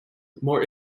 more